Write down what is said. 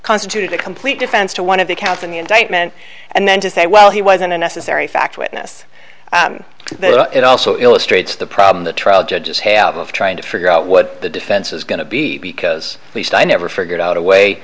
constituted a complete defense to one of the counts in the indictment and then to say well he was an unnecessary fact witness it also illustrates the problem the trial judges have of trying to figure out what the defense is going to be because least i never figured out a way